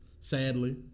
Sadly